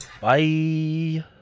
Bye